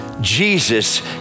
jesus